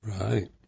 Right